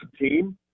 team